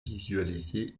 visualiser